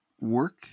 work